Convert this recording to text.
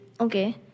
okay